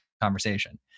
conversation